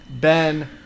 ben